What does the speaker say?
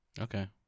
Okay